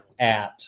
apps